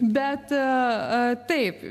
bet taip